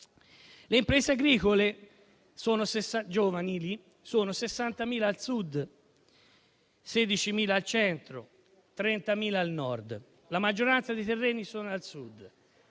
Le imprese agricole giovanili sono 60.000 al Sud, 16.000 al Centro e 30.000 al Nord. La maggioranza dei terreni è al Sud.